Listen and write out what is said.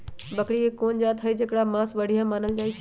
बकरी के कोन जात हई जेकर मास बढ़िया मानल जाई छई?